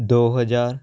ਦੋ ਹਜ਼ਾਰ